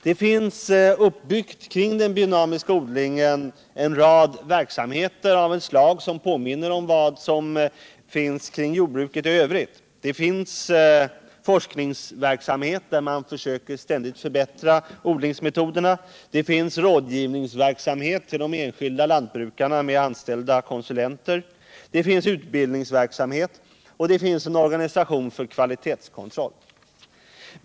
Det finns kring den biodynamiska odlingen uppbyggda en rad verksamheter av ett slag som påminner om dem som finns kring jordbruket i övrigt. Det finns forskningsverksamhet där man försöker att ständigt förbättra odlingsmetoderna, rådgivningsverksamhet, med anställda konsulenter för de enskilda lantbrukarna, det finns utbildningsverksamhet och det finns en organisation för kvalitetskontroll.